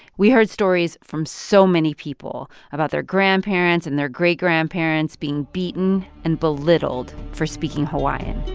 we heard stories from so many people about their grandparents and their great-grandparents being beaten and belittled for speaking hawaiian